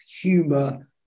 humor